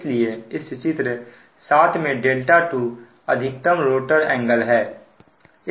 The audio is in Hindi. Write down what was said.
इसलिए इस चित्र 7 में δ2 अधिकतम रोटर एंगल है